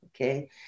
okay